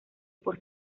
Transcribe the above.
por